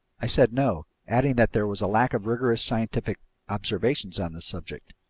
i said no, adding that there was a lack of rigorous scientific observations on this subject.